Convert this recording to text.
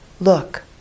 Look